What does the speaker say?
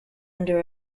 under